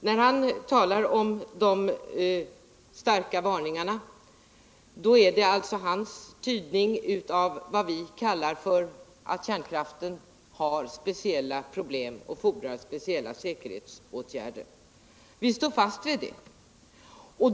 När han talar om de starka varningarna är det alltså hans tydning av det som vi säger, att kärnkraften har speciella problem och fordrar speciella säkerhetsåtgärder. Vi står fast vid det.